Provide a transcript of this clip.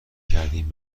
کردین